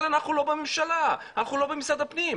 אבל אנחנו לא בממשלה, אנחנו לא במשרד הפנים,